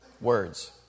words